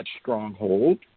stronghold